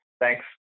Thanks